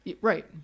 right